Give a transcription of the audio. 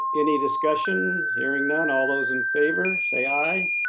any discussion? hearing none, all those in favor say aye.